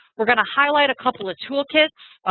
we're going to highlight a couple of toolkits,